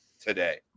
today